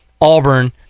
Auburn